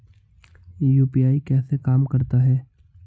UPI कैसे काम करता है?